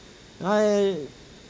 I